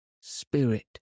Spirit